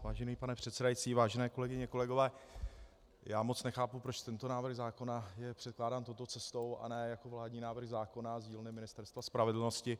Vážený pane předsedající, vážené kolegyně, kolegové, já moc nechápu, proč tento návrh zákona je předkládán touto cestou a ne jako vládní návrh zákona z dílny Ministerstva spravedlnosti.